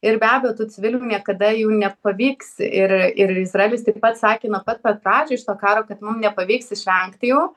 ir be abejo tų civilių niekada jų nepavyks ir ir izraelis taip pat sakė nuo pat pat pradžių šito karo kad mum nepavyks išvengti jų